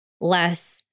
less